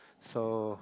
so